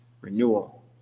renewal